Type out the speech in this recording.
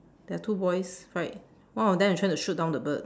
there are two boys right one of them is trying to shoot down the bird